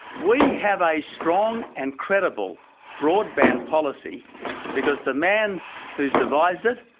we have a strong and credible broadband policy because the man who has devised it,